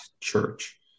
church